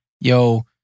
yo